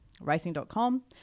racing.com